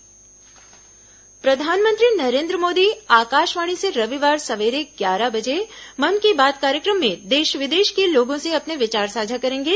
मन की बात प्रधानमंत्री नरेन्द्र मोदी आकाशवाणी से रविवार सवेरे ग्यारह बजे मन की बात कार्यक्रम में देश विदेश के लोगों से अपने विचार साझा करेंगे